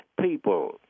people